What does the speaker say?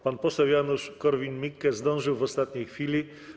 Pan poseł Janusz Korwin-Mikke zdążył w ostatniej chwili.